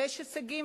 ויש הישגים,